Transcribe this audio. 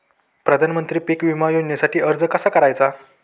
प्रधानमंत्री पीक विमा योजनेसाठी अर्ज कसा करायचा?